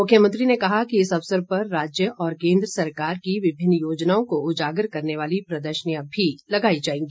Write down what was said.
मुख्यमंत्री ने कहा कि इस अवसर पर राज्य और केन्द्र की विभिन्न योजनाओं को उजागर करने वाली प्रदर्शनियां भी लगाई जाएगी